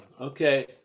Okay